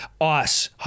ice